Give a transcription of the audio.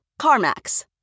CarMax